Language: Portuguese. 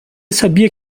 sabia